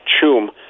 Chum